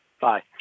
Bye